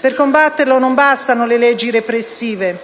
Per combatterlo non bastano le leggi repressive,